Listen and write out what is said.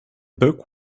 book